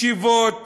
ישיבות